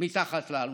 מתחת לאלונקה.